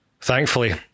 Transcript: Thankfully